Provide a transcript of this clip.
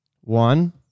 One